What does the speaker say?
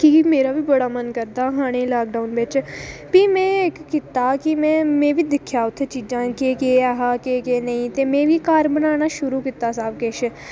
की के मेरा बी बड़ा मन करदा हा लाकडाऊन बिच खाने गी ते भी में कीता ते में बी दिक्खेआ चीज़ा केह् केह् ऐहा ते केह् केह् नेईं में बी घर बनाना शुरू कीता सबकिश